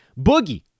Boogie